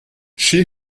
she